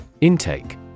Intake